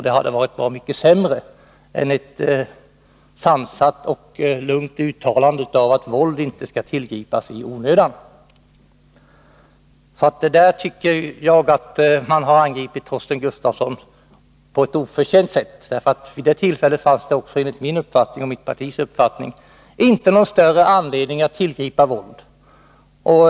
Det hade varit bra mycket sämre än ett sansat och lugnt uttalande om att våld inte skall tillgripas i onödan. I detta sammanhang tycker jag alltså att Torsten Gustafsson har angripits på ett oförtjänt sätt. Vid det tillfället fanns det enligt min och mitt partis uppfattning inte någon större anledning att tillgripa våld.